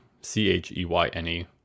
C-H-E-Y-N-E